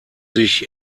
sich